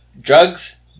drugs